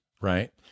right